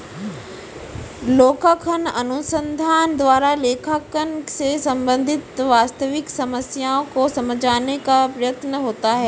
लेखांकन अनुसंधान द्वारा लेखांकन से संबंधित वास्तविक समस्याओं को समझाने का प्रयत्न होता है